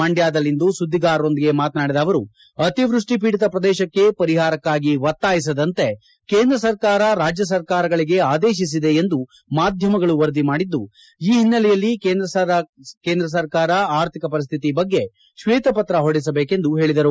ಮಂಡ್ಯದಲ್ಲಿಂದು ಸುದ್ದಿಗಾರರೊಂದಿಗೆ ಮಾತನಾಡಿದ ಅವರು ಅತಿವ್ಯಷ್ಠಿ ಖೀಡಿತ ಪ್ರದೇಶಕ್ಕೆ ಪರಿಹಾರಕ್ಕಾಗಿ ನೀಡುವಂತೆ ಒತ್ತಾಯಿಸದಂತೆ ಕೇಂದ್ರ ಸರ್ಕಾರ ರಾಜ್ಯ ಸರ್ಕಾರಗಳಿಗೆ ಆದೇಶಿಸಿದೆ ಎಂದು ಮಾಧ್ಯಮಗಳು ವರದಿ ಮಾಡಿದ್ದು ಈ ಹಿನ್ನಲೆಯಲ್ಲಿ ಕೇಂದ್ರ ಸರ್ಕಾರ ಆರ್ಥಿಕ ಪರಿಸ್ತಿತಿ ಬಗ್ಗೆ ಶ್ವೇತಪತ್ರ ಹೊರಡಿಸಬೇಕೆಂದು ಹೇಳಿದರು